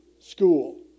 school